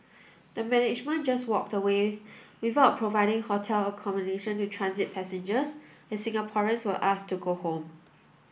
the management just walked away without providing hotel accommodation to transit passengers and Singaporeans were asked to go home